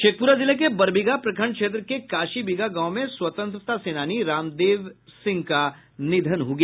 शेखपुरा जिले के बरबीघा प्रखंड क्षेत्र के काशीबिगहा गांव में स्वतंत्रता सेनानी रामदेव सिंह का निधन हो गया